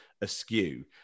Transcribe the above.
askew